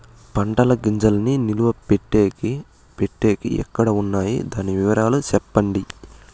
పంటల గింజల్ని నిలువ పెట్టేకి పెట్టేకి ఎక్కడ వున్నాయి? దాని వివరాలు సెప్పండి?